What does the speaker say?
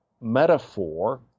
metaphor